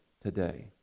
today